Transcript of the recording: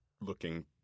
looking